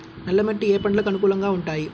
నల్ల మట్టి ఏ ఏ పంటలకు అనుకూలంగా ఉంటాయి?